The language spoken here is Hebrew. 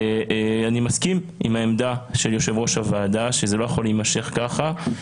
אני מסכים עם העמדה של יושב ראש הוועדה שזה לא יכול להימשך ככה.